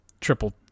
triple